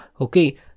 Okay